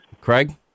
Craig